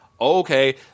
Okay